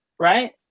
Right